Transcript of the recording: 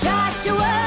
Joshua